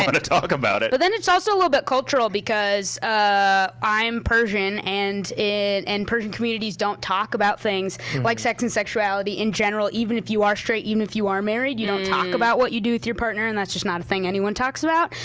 but talk about it? but then it's also a little bit cultural because ah i'm persian, and and persian communities don't talk about things like sex and sexuality in general even if you are straight, even if you are married, you don't talk about what you do with your partner, and that's just not a thing anyone talks about.